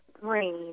green